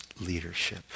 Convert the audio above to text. leadership